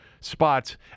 spots